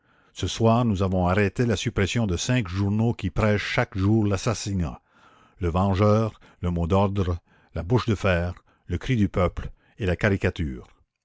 ce soir nous avons arrêté la suppression de cinq journaux qui prêchent chaque jour l'assassinat le vengeur le mot d'ordre la bouche de fer le cri du peuple et la caricature